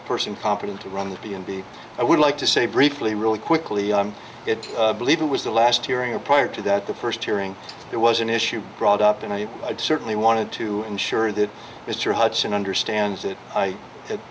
a person competent to run the b and b i would like to say briefly really quickly believe it was the last hearing a prior to that the first hearing it was an issue brought up and i certainly wanted to ensure that mr hudson understands that i had